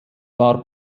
war